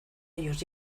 ellos